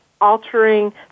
altering